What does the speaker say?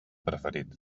preferit